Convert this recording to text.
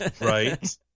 Right